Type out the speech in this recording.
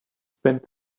spent